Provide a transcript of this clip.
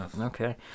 okay